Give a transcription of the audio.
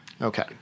Okay